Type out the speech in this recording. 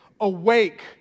Awake